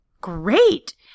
great